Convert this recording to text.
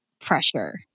pressure